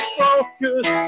focus